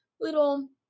little